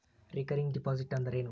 Recurring deposit ಅಂದರೇನು?